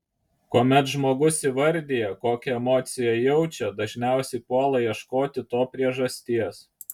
kuomet žmogus įvardija kokią emociją jaučia dažniausiai puola ieškoti to priežasties